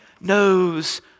knows